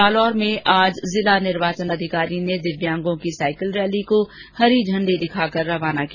जालौर में आज जिला निर्वाचन अधिकारी ने दिव्यांगों की साइकिल रैली को हरी झंडी दिखाकर रवाना किया